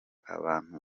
abantu